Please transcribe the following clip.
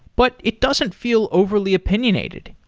but it doesn't feel overly opinionated.